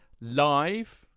live